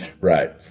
Right